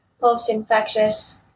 post-infectious